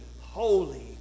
holy